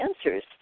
answers